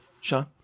Sean